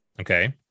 okay